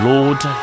Lord